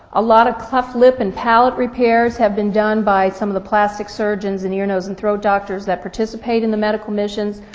a lot of cleft lip and palate repairs have been done by some of the plastic surgeons and ear, nose and throat doctors that participate in the medical missions.